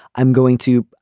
i'm going to.